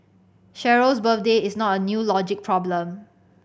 Cheryl's birthday is not a new logic problem